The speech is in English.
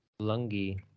Lungi